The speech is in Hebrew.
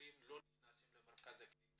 שהעולים לא נכנסים למרכז הקליטה